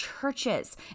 churches